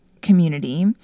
community